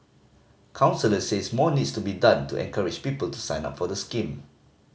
counsellors says more needs to be done to encourage people to sign up for the scheme